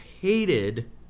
hated